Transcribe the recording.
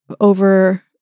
over